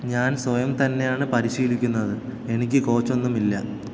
ഞാൻ സ്വയം തന്നെയാണ് പരിശീലിക്കുന്നത് എനിക്ക് കോച്ച് ഒന്നുമില്ല